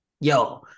Yo